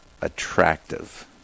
attractive